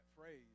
phrase